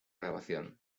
grabación